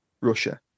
russia